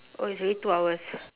oh it's already two hours